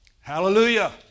Hallelujah